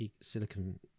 silicon